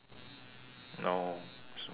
no so okay